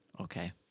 Okay